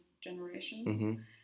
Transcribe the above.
generation